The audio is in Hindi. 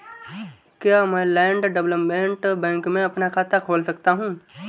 क्या मैं लैंड डेवलपमेंट बैंक में अपना खाता खोल सकता हूँ?